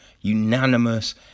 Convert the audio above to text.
unanimous